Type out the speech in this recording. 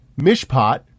Mishpat